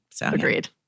Agreed